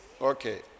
Okay